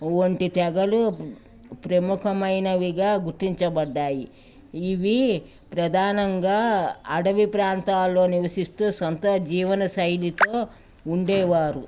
వంటి తెగలు ప్రముఖమైనవిగా గుర్తించబడ్డాయి ఇవి ప్రధానంగా అడవి ప్రాంతాల్లో నివసిస్తూ సొంత జీవన శైలితో ఉండేవారు